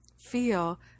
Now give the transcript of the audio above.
feel